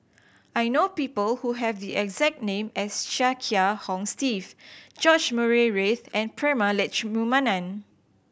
I know people who have the exact name as Chia Kiah Hong Steve George Murray Reith and Prema Letchumanan